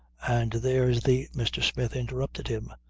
and there's the. mr. smith interrupted him.